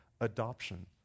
adoption